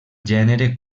gènere